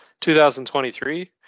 2023